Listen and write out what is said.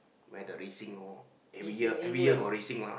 where the racing loh every year every year got racing lah